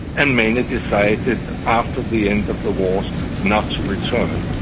and many decided after the end of the wars not to return,